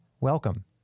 welcome